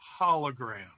hologram